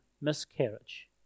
miscarriage